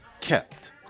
Kept